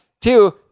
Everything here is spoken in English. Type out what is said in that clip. two